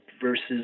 versus